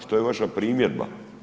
Što je vaša primjedba?